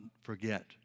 forget